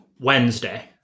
Wednesday